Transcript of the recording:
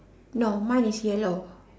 no mine is yellow